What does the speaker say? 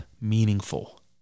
meaningful